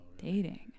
dating